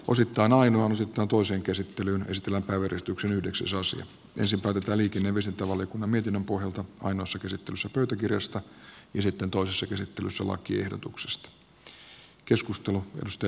osittain ainoan sitoutuu sen käsittely estellä vedostuksen yhdeksän suosi ensin päätetään liikenne ja viestintävaliokunnan mietinnön pohjalta ainoassa käsittelyssä pöytäkirjasta ja sitten toisessa käsittelyssä lakiehdotuksesta